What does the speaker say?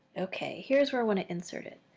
okay. here's where i want to insert it.